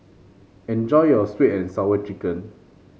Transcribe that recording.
enjoy your sweet and Sour Chicken